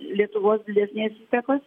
lietuvos didesnės įtakos